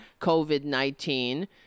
COVID-19